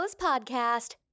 Podcast